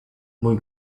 mój